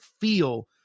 feel